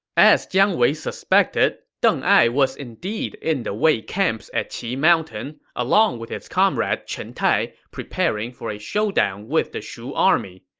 as jiang wei suspected, deng ai was indeed in the wei camps at qi mountain, along with his comrade chen tai, preparing for a showdown with the shu army.